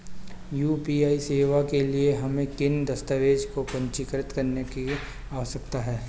UPI सेवाओं के लिए हमें किन दस्तावेज़ों को पंजीकृत करने की आवश्यकता है?